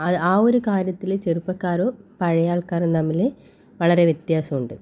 അത് ആ ഒരു കാര്യത്തിൽ ചെറുപ്പക്കാരും പഴയ ആൾക്കാരും തമ്മിൽ വളരെ വ്യത്യാസമുണ്ട്